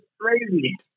crazy